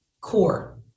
core